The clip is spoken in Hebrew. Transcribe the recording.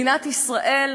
מדינת ישראל,